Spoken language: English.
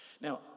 Now